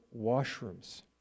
washrooms